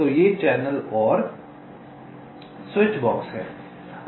तो ये चैनल और स्विचबॉक्स हैं